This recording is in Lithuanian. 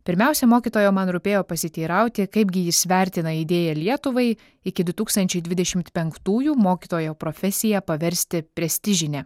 pirmiausia mokytojo man rūpėjo pasiteirauti kaipgi jis vertina idėją lietuvai iki du tūkstančiai dvidešimt penktųjų mokytojo profesiją paversti prestižine